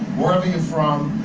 wherever you're from.